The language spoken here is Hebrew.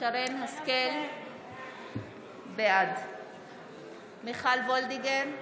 בעד מיכל וולדיגר,